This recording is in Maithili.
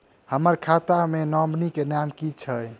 हम्मर खाता मे नॉमनी केँ नाम की छैय